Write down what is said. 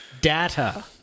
data